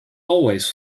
always